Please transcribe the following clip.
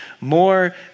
more